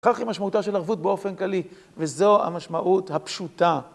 כך היא משמעותה של ערבות באופן כלי, וזו המשמעות הפשוטה.